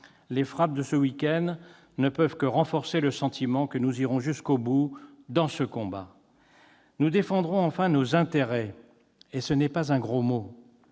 Les frappes de ce week-end ne peuvent que renforcer le sentiment que nous irons jusqu'au bout dans ce combat. Nous défendrons enfin nos intérêts, et ce n'est pas un gros mot.